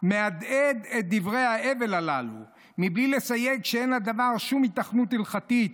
מהדהד את דברי ההבל הללו בלי לסייג שאין לדבר שום היתכנות הלכתית,